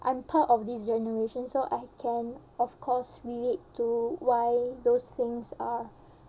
I'm part of this generation so I can of course relate to why those things are